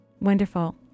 Wonderful